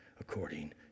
according